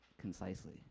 concisely